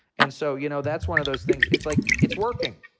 and so, you know, that's one of those things. it's like it's working.